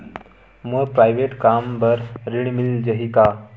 मोर private कम बर ऋण मिल जाही का?